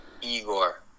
Igor